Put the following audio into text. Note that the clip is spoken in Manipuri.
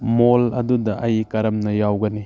ꯃꯣꯜ ꯑꯗꯨꯗ ꯑꯩ ꯀꯔꯝꯅ ꯌꯥꯎꯒꯅꯤ